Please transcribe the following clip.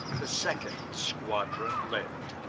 the second squadron led.